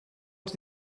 els